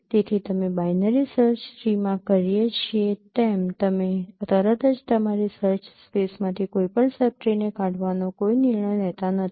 તેથી તમે binary search ટ્રીમાં કરીએ છીએ તેમ તમે તરત જ તમારી સર્ચ સ્પેસમાંથી કોઈ પણ સબ ટ્રીને કાઢવાનો કોઈ નિર્ણય લેતા નથી